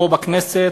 פה בכנסת,